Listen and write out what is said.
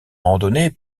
randonnée